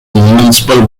municipal